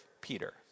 Peter